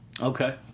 Okay